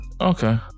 Okay